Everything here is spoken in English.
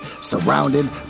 surrounded